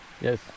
Yes